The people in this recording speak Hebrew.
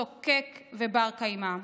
שוקק ובר-קיימא.